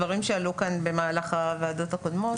דברים שעלו כאן במהלך הישיבות הקודמות